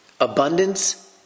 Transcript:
Abundance